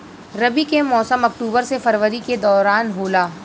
रबी के मौसम अक्टूबर से फरवरी के दौरान होला